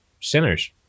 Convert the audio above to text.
sinners